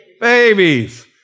babies